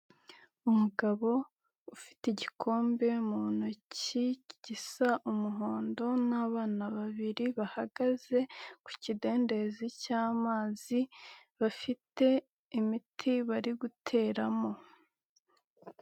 Umugabo ufite igikombe mu ntoki gisa umuhondo n'abana babiri bahagaze ku kidendezi cy'amazi bafite imiti bari guteramo.